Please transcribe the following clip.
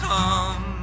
Come